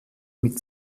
mit